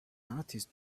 artist